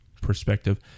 perspective